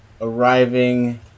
arriving